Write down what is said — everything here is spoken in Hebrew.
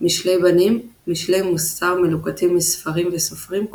משלי בנים – משלי מוסר מלוקטים מספרים וסופרים,